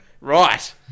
Right